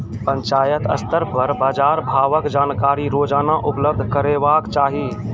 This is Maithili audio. पंचायत स्तर पर बाजार भावक जानकारी रोजाना उपलब्ध करैवाक चाही?